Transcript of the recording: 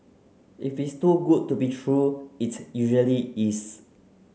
if it's too good to be true it usually is